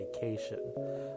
vacation